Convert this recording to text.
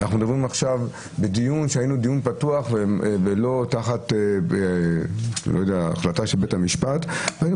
אנחנו מדברים עכשיו בדיון פתוח ולא תחת החלטה של בית המשפט ואנחנו